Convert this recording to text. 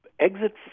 Exit